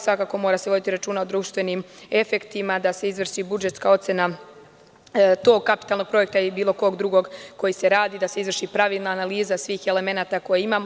Svakako mora se voditi računa o društvenim efektima, da se izvrši budžetska ocena tog kapitalnog projekta ili bilo kog drugog koji se radi, da se izvrši pravilna analiza svih elemenata koje imamo.